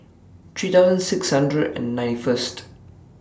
three thousand six hundred and ninety First